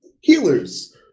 healers